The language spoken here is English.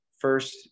first